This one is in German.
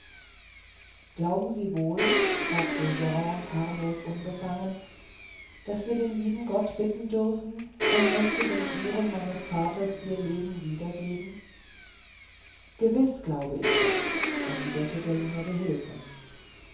glauben sie wohl fragte grande harmlos unbefangen daß wir den lieben gott bitten dürfen er möchte den uhren meines vaters ihr leben wieder geben gewiß glaube ich das erwiderte der junge gehilfe